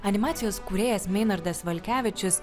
animacijos kūrėjas meinardas valkevičius